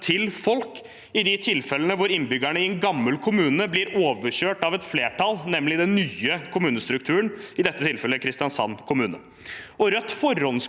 til folk i de tilfellene hvor innbyggerne i en gammel kommune blir overkjørt av et flertall, nemlig den nye kommunestrukturen, i dette tilfellet Kristiansand kommune. Rødt forhåndskonkluderer